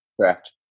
Correct